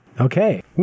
Okay